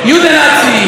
יודו-נאצי,